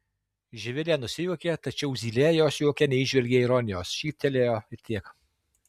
živilė nusijuokė tačiau zylė jos juoke neįžvelgė ironijos šyptelėjo ir tiek